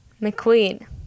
McQueen